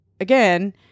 again